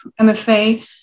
MFA